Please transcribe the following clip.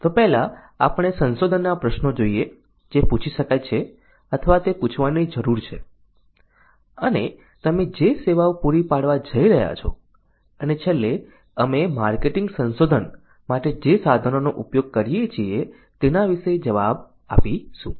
તો પહેલા આપણે સંશોધનનાં પ્રશ્નો જોઈએ જે પૂછી શકાય છે અથવા તે પૂછવાની જરૂર છે અને તમે જે સેવાઓ પૂરી પાડવા જઈ રહ્યા છો અને છેલ્લે અમે માર્કેટિંગ સંશોધન માટે જે સાધનોનો ઉપયોગ કરીએ છીએ તેના વિશે જવાબ આપશું